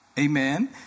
Amen